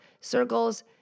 Circles